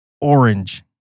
orange